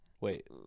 wait